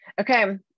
Okay